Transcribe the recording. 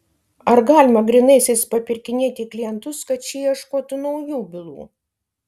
ar galima grynaisiais papirkinėti klientus kad šie ieškotų naujų bylų